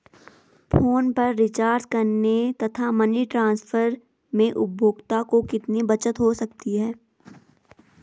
Phone पर recharge करने तथा मनी ट्रांसफर में उपभोक्ता को कितनी बचत हो सकती है?